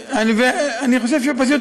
מה המחיר,